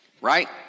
right